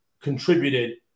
contributed